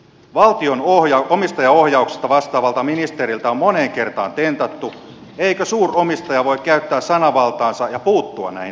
valtion omistajaohjauksesta vastaavalta ministeriltä on moneen kertaan tentattu eikö suuromistaja voi käyttää sananvaltaansa ja puuttua näihin tapauksiin